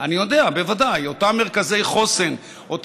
מרכזי החוסן, אני יודע, בוודאי.